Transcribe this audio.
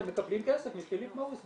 הם מקבלים כסף מפיליפ מוריס,